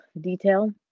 detail